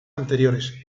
anteriores